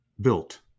built